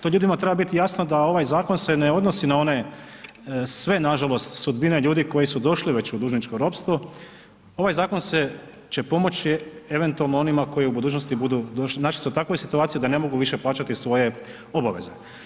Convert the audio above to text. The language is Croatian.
To ljudima treba biti jasno da se ovaj zakon ne odnosi na one sve nažalost sudbine ljudi koji su došli već u dužničko ropstvo, ovaj zakon će pomoći eventualno onim ljudima koji u budućnosti budu, našli su se u takvoj situaciji da ne mogu više plaćati svoje obaveze.